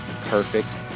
Perfect